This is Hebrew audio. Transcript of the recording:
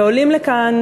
ועולים לכאן,